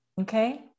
Okay